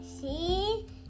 See